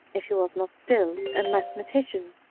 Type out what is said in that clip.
if he was not still, a mathe matician.